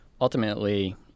Ultimately